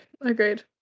Agreed